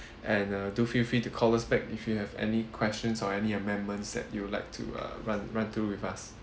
and uh do feel free to call us back if you have any questions or any amendments that you would like to uh run run to with us